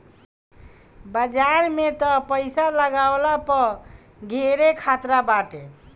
बाजार में तअ पईसा लगवला पअ धेरे खतरा बाटे